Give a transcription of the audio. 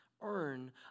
earn